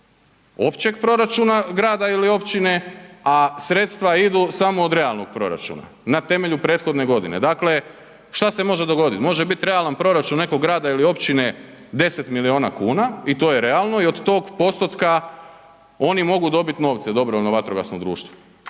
općeg proračuna grada ili općine, a sredstva idu samo od realnog proračuna na temelju prethodne godine, dakle šta se može dogodit? Može bit realan proračun nekog grada ili općine 10 milijuna kuna i to je realno i od tog postotka oni mogu dobit novce DVD i uđe